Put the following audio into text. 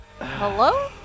Hello